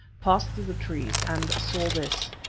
passed through the trees, and saw this.